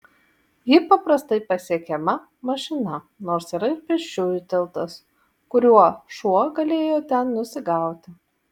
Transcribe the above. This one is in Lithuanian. ji paprastai pasiekiama mašina nors yra ir pėsčiųjų tiltas kuriuo šuo galėjo ten nusigauti